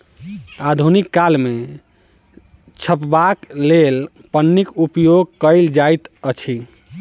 आधुनिक काल मे झपबाक लेल पन्नीक उपयोग कयल जाइत अछि